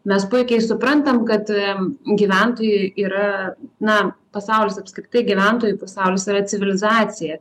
mes puikiai suprantam kad gyventojui yra na pasaulis apskritai gyventojui pasaulis yra civilizacija